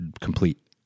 complete